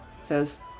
Says